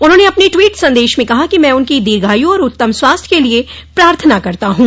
उन्होंने अपने ट्वीट संदेश में कहा कि मैं उनकी दीर्घायु और उत्तम स्वास्थ्य के लिए प्रार्थना करता हूं